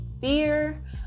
fear